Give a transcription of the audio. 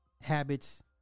habits